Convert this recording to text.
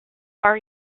are